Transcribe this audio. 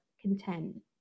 content